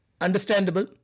understandable